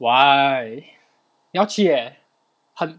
why 你要去 leh 很